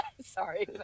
Sorry